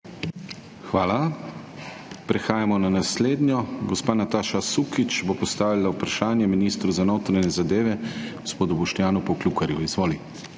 Hvala. Prehajamo na naslednje vprašanje. Gospa Nataša Sukič bo postavila vprašanje ministru za notranje zadeve gospodu Boštjanu Poklukarju. Izvoli.